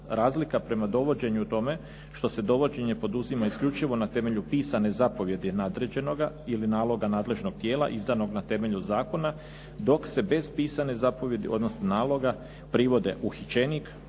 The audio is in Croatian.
Razlika prema dovođenju je u tome što se dovođenje poduzima isključivo na temelju pisane zapovijedi nadređenoga ili naloga nadležnog tijela izdanog na temelju zakona dok se bez pisane zapovijedi odnosno naloga privode uhićenik,